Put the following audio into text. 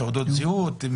תעודות זהות,